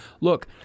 look